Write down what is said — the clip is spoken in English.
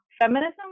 feminism